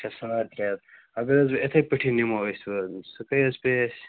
اَچھا ساڑ ترٛےٚ ہتھ اگر حظ وۄنۍ یِتھٕے پٲٹھی نِمو أسۍ وۄنۍ سُہ کٔہۍ حظ پیٚیہِ اَسہِ